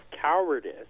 cowardice